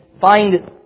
find